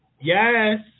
Yes